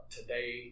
Today